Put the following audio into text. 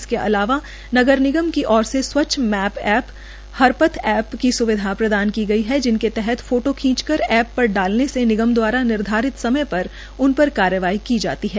इसके अलावा नगर निगम की ओर से स्वच्छ मैप ऐप हरपथ ऐप की स्विधा प्रदान की गई है जिनके तहत फोटो खीच कर ऐप पर डालने से निगम द्वारा निर्धारित समय पर उन पर कार्यवाही की जाती है